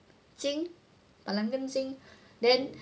金板蓝根金 then